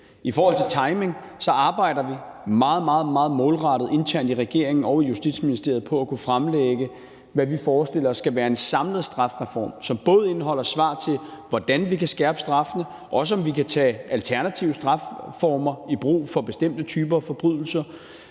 I forhold til timing arbejder vi meget, meget målrettet internt i regeringen og Justitsministeriet på at kunne fremlægge, hvad vi forestiller os skal være en samlet strafreform, som både indeholder svar på, hvordan vi kan skærpe straffene, og også om vi kan tage alternative strafformer i brug for bestemte typer af forbrydelser.